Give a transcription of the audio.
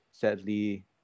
sadly